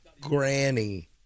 Granny